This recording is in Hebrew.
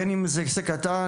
בין אם זה הישג קטן,